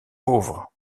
pauvres